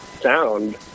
sound